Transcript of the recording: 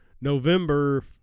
November